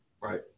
Right